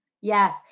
Yes